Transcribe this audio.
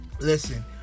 Listen